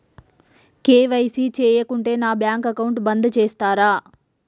KYC చేయకుంటే నా bank account బంద్ చేస్తరా?